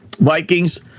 Vikings